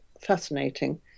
fascinating